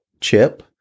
chip